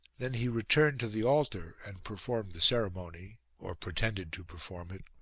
then he returned to the altar and performed the ceremony, or pretended to perform it.